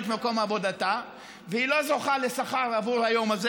ממקום עבודתה והיא לא זוכה לשכר עבור היום הזה,